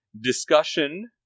discussion